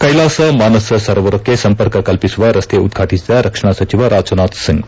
ಕೈಲಾಸ ಮಾನಸ ಸರೋವರಕ್ಕೆ ಸಂಪರ್ಕ ಕಲ್ಪಿಸುವ ರಸ್ತೆ ಉದ್ವಾಟಿಸಿದ ರಕ್ಷಣಾ ಸಚಿವ ರಾಜನಾಥ್ ಸಿಂಗ್